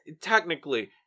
Technically